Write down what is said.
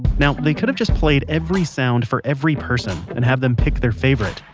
now, they could have just played every sound for every person and have them pick their favorite.